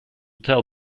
tell